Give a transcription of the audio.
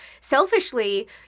selfishly